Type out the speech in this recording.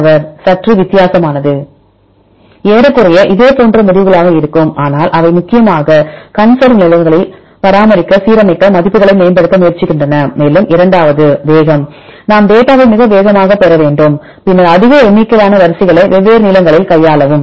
மாணவர் சற்று வித்தியாசமானது ஏறக்குறைய இதேபோன்ற முடிவுகளாக இருக்கும் ஆனால் அவை முக்கியமாக கன்சர்வ் நிலைகளில் பராமரிக்க சீரமைக்க மதிப்புகளை மேம்படுத்த முயற்சிக்கின்றன மேலும் இரண்டாவது வேகம் நாம் டேட்டாவை மிக வேகமாக பெற வேண்டும் பின்னர் அதிக எண்ணிக்கையிலான வரிசைகளை வெவ்வேறு நீளங்களில் கையாளவும்